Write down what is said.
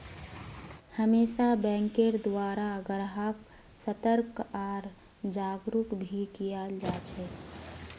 हमेशा बैंकेर द्वारा ग्राहक्क सतर्क आर जागरूक भी कियाल जा छे